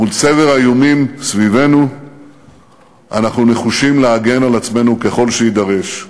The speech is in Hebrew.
מול צבר האיומים סביבנו אנחנו נחושים להגן על עצמנו ככל שיידרש,